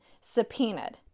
subpoenaed